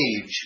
age